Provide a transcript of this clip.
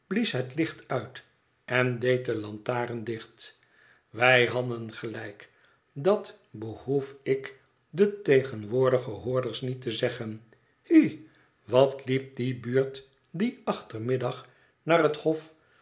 het licht uit en deed de lantaren dicht wij hadden gelijk dat behoef ik de tegenwoordige hoorders niet te zeggen hi wat liep die buurt dien achtermiddag naar het hof